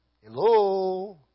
Hello